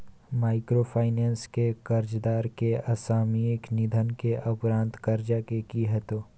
Microfinance के कर्जदार के असामयिक निधन के उपरांत कर्ज के की होतै?